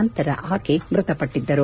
ನಂತರ ಆಕೆ ಮೃತಪಟ್ಟಿದ್ದರು